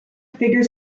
figure